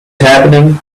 happening